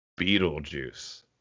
Beetlejuice